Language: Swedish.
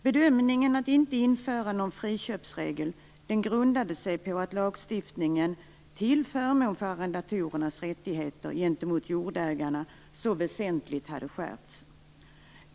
Bedömningen att inte införa någon friköpsregel grundade sig på att lagstiftningen till förmån för arrendatorernas rättigheter gentemot jordägarna så väsentligt hade skärpts.